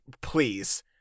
please